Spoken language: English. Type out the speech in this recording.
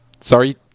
Sorry